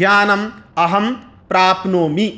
ज्ञानम् अहं प्राप्नोमि